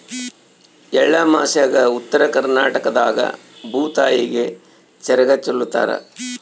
ಎಳ್ಳಮಾಸ್ಯಾಗ ಉತ್ತರ ಕರ್ನಾಟಕದಾಗ ಭೂತಾಯಿಗೆ ಚರಗ ಚೆಲ್ಲುತಾರ